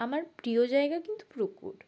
আমার প্রিয় জায়গা কিন্তু পুকুর